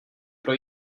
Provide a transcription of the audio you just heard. pro